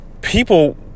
people